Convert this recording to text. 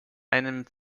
einem